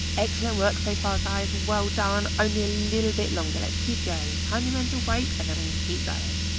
excellent work so far, guys. well done. only a little bit longer. let's keep going. tiny mental break, and then we can keep going.